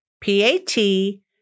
P-A-T